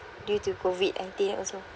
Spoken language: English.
due to COVID nineteen also